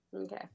Okay